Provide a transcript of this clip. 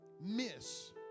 miss